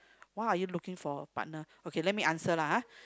why are you looking for a partner okay let me answer lah !huh!